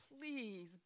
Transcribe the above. please